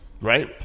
Right